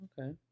okay